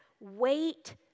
wait